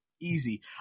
Easy